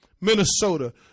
Minnesota